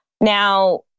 Now